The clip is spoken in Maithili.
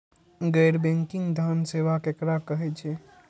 गैर बैंकिंग धान सेवा केकरा कहे छे?